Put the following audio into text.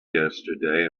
yesterday